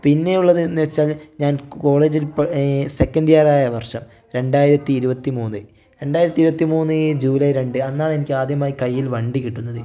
പിന്നെയുള്ളത് എന്നുവെച്ചാൽ ഞാൻ കോളേജിൽ സെക്കൻഡ് ഇയർ ആയ വർഷം രണ്ടായിരത്തി ഇരുപത്തി മൂന്ന് രണ്ടായിരത്തി ഇരുപത്തി മൂന്ന് ജൂലൈ രണ്ട് അന്നാണ് എനിക്ക് ആദ്യമായി കൈയിൽ വണ്ടി കിട്ടുന്നത്